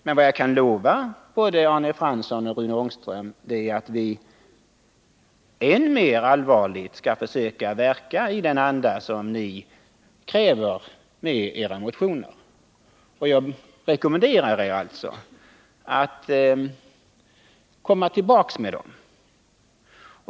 Men vad jag kan lova både Arne Fransson och Rune Ångström är att vi än mer allvarligt skall försöka verka i den anda som ni kräver i era motioner. Jag rekommenderar er alltså att återkomma med dem.